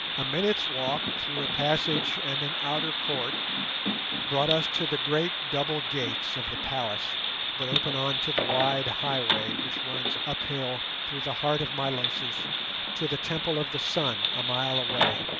a minute's walk through a passage and an outer court brought us to the great double gates of the palace that open on to the wide highway which runs uphill through the heart of milosis to the temple of the sun a mile away,